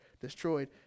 destroyed